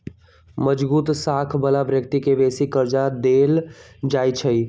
मजगुत साख बला व्यक्ति के बेशी कर्जा देल जाइ छइ